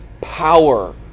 power